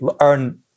earn